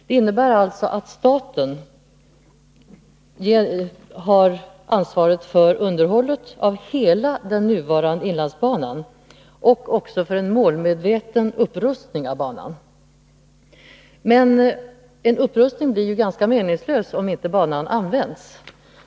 Det innebär alltså att staten har ansvaret för underhållet av hela den nuvarande inlandsbanan och även för en målmedveten upprustning av banan. Men en upprustning blir ganska meningslös om banan inte används.